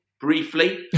briefly